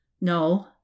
No